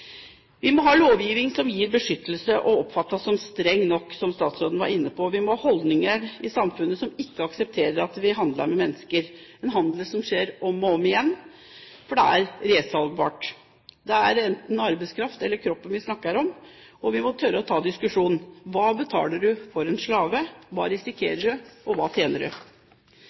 Vi må ha lovgivning som gir beskyttelse, og som oppfattes som streng nok, som statsråden var inne på. Vi må ha holdninger i samfunnet som ikke aksepterer at vi handler med mennesker – en handel som skjer om og om igjen fordi det er resalgbart. Det er enten arbeidskraft eller kroppen vi snakker om, og vi må tørre å ta diskusjonen: Hva betaler du for en slave? Hva risikerer du? Hva tjener du